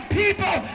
people